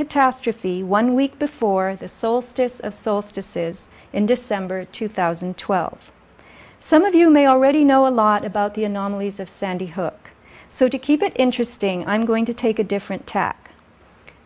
catastrophe one week before the sole status of solstice is in december two thousand and twelve some of you may already know a lot about the anomalies of sandy hook so to keep it interesting i'm going to take a different tack